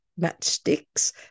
matchsticks